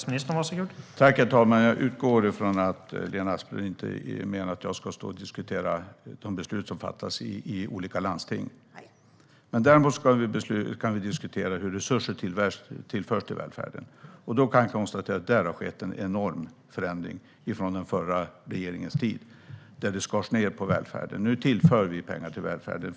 Herr talman! Jag utgår från att Lena Asplund inte menar att jag ska stå och diskutera de beslut som fattas i olika landsting. : Nej!) Däremot kan vi diskutera hur resurser tillförs välfärden. Då kan jag konstatera att där har skett en enorm förändring från den förra regeringens tid, då det skars ned på välfärden. Nu tillför vi pengar till välfärden.